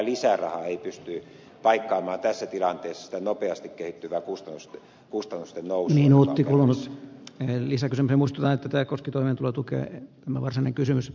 mikään lisäraha ei pysty paikkaamaan tässä tilanteessa sitä nopeasti kehittyvää kustannusten nousi huhtikuun alussa eyn lisäksi must lähetetä nousua joka on käynnissä